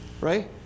right